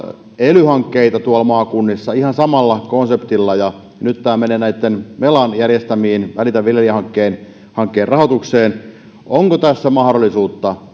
ely hankkeita tuolla maakunnissa ihan samalla konseptilla ja nyt tämä menee melan välitä viljelijästä hankkeen hankkeen rahoitukseen onko tässä mahdollisuutta